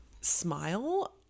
smile